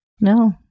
no